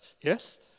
yes